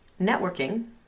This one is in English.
networking